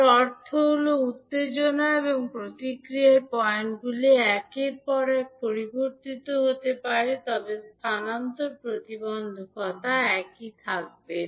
এর অর্থ হল উত্তেজনা এবং প্রতিক্রিয়ার পয়েন্টগুলি একের পর এক পরিবর্তিত হতে পারে তবে স্থানান্তর প্রতিবন্ধকতা একই থাকবে